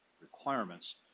requirements